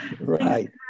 Right